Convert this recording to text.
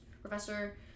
professor